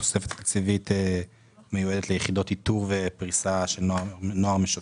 התוספת התקציבית מיועדת ליחידות איתור בפריסה ארצית לנוער משוטט בסיכון.